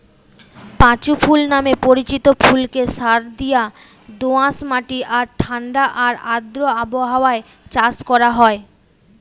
পাঁচু ফুল নামে পরিচিত ফুলকে সারদিয়া দোআঁশ মাটি আর ঠাণ্ডা আর আর্দ্র আবহাওয়ায় চাষ করা হয়